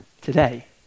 today